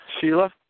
Sheila